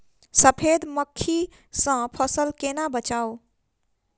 सफेद मक्खी सँ फसल केना बचाऊ?